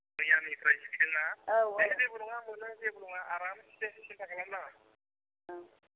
मैयानिफ्राय हैदोंना औ औ दे जेबो नङा मोनो जेबो नङा आरामसो जेबो सिन्था खालामनाङा औ